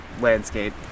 landscape